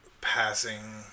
passing